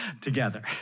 together